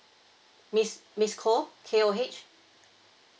miss miss koh K_O_H